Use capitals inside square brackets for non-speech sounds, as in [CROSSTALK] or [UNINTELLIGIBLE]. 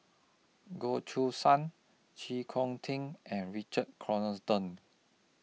Goh Choo San Chee Kong Ting and Richard [UNINTELLIGIBLE]